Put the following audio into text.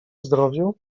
zdrowiu